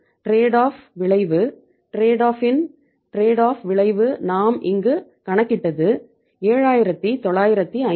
trade off விளைவு நாம் இங்கு கணக்கிட்டது 7950